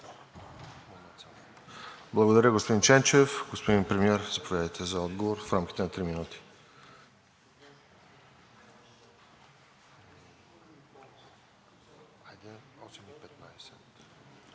Благодаря, господин Ченчев. Господин Премиер, заповядайте за отговор в рамките на 3 минути.